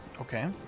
Okay